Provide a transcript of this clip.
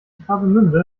travemünde